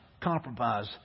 compromise